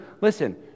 listen